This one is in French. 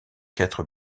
être